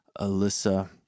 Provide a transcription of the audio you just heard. Alyssa